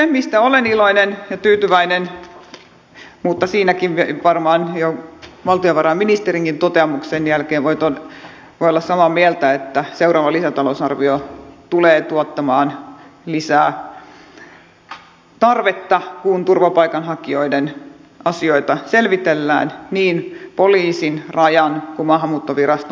siitä olen iloinen ja tyytyväinen mutta siitäkin varmaan jo valtiovarainministerin toteamuksen jälkeen voi olla samaa mieltä että seuraavalle lisätalousarviolle tulee olemaan tarvetta että turvapaikanhakijoiden asioita selvitellään niin poliisin rajan kuin maahanmuuttoviraston toimesta